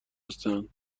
هستند